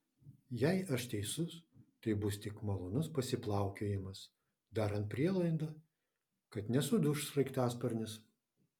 jei aš teisus tai bus tik malonus pasiplaukiojimas darant prielaidą kad nesuduš sraigtasparnis